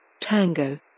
Tango